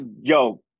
Yo